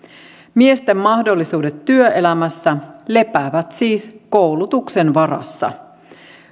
miesten mahdollisuudet työelämässä lepäävät siis koulutuksen varassa